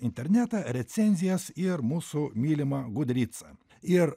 internetą recenzijas ir mūsų mylimą gud rydsą ir